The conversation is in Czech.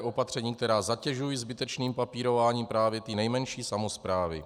Opatření, která zatěžují zbytečným papírováním právě ty nejmenší samosprávy.